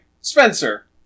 Spencer